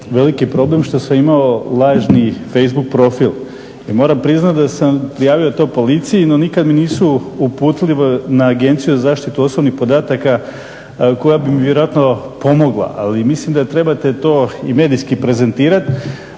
veliki problem što sam imalo lažni facebook profil i moram priznati da sam prijavio to policiji no nikad mi nisu uputili na Agenciju za zaštitu osobnih podataka koja bi mi vjerojatno pomogla ali mislim da trebate to i medijski prezentirati.